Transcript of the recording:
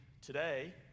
today